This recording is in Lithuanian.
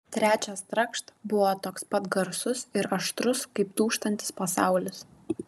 trečias trakšt buvo toks pat garsus ir aštrus kaip dūžtantis pasaulis